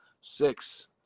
six